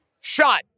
shot